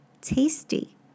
tasty